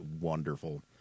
wonderful